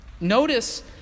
Notice